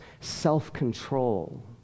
self-control